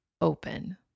open